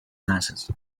nazis